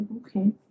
okay